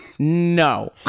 No